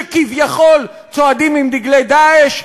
שכביכול צועדים עם דגלי "דאעש",